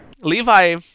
Levi